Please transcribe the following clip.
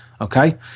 okay